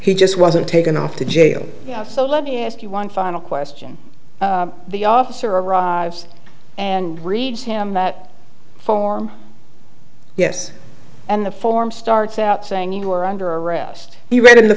he just wasn't taken off to jail so let me ask you one final question the officer arrives and reads him that form yes and the form starts out saying you were under arrest you read in the